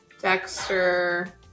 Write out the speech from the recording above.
Dexter